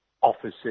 offices